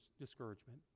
discouragement